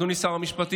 אדוני שר המשפטים,